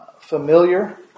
familiar